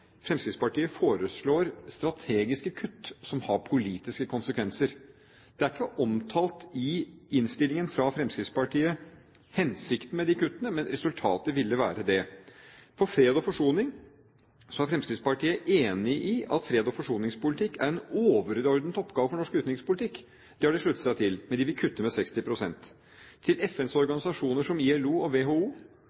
ikke omtalt i innstillingen fra Fremskrittspartiet som hensikten med de kuttene, men resultatet ville være det. Når det gjelder fred og forsoning, er Fremskrittspartiet enig i at freds- og forsoningspolitikk er en overordnet oppgave for norsk utenrikspolitikk. Det har de sluttet seg til. Men de vil kutte med 60 pst. FNs